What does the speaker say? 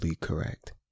correct